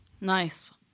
Nice